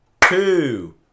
two